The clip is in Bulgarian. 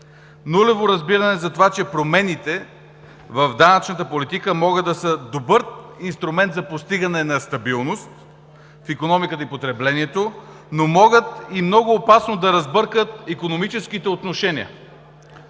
нулево разбиране за това, че промените в данъчната политика могат да са добър инструмент за постигане на стабилност в икономиката и потреблението, но могат и много опасно да разбъркат икономическите отношения.